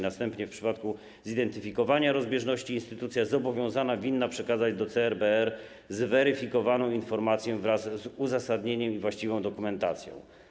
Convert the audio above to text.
Następnie w przypadku zidentyfikowania rozbieżności instytucja zobowiązana winna przekazać do CRBR zweryfikowaną informację wraz z uzasadnieniem i właściwą dokumentacją.